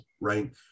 right